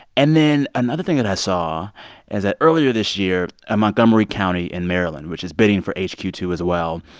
and then another thing that i saw is that earlier this year, montgomery county in maryland, which is bidding for h q two as well,